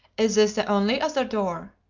is this the only other door?